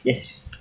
yes